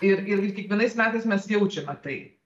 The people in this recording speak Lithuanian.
ir ir ir kiekvienais metais mes jaučiame tai